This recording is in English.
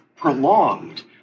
prolonged